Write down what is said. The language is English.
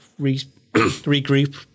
regroup